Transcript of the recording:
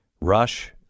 rush